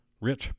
rich